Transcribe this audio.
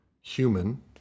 human